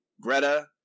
Greta